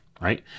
right